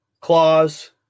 claws